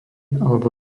alebo